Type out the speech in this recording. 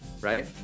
right